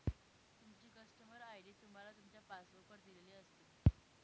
तुमची customer ID तुम्हाला तुमच्या पासबुक वर दिलेली असते